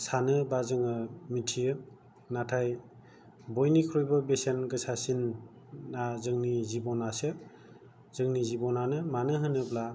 सानो एबा जोङो मिथियो नाथाय बयनिख्रुइबो बेसेन गोसासिनआ जेंनि जिबनआसो जोंनि जिबनआनो मानो होनोब्ला